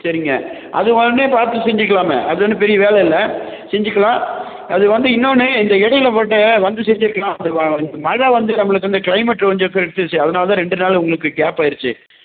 சரிங்க அது உடனே பார்த்து செஞ்சுக்கலாமே அது ஒன்றும் பெரிய வேலை இல்லை செஞ்சுக்கலாம் அது வந்து இன்னொன்னு இந்த இடையில போய்விட்டு வந்து செஞ்சுருக்கலாம் மழை வந்து நம்மளுக்கு வந்து க்ளைமேட் கொஞ்சம் கெடுத்துடுச்சு அதனால்தான் ரெண்டு நாள் உங்களுக்கு கேப் ஆகிடிச்சி